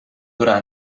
durar